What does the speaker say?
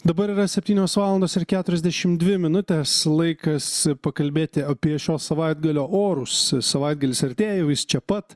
dabar yra septynios valandos ir keturiasdešim dvi minutės laikas pakalbėti apie šio savaitgalio orus savaitgalis artėja jau jis čia pat